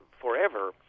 forever